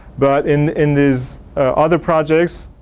but in in these other projects,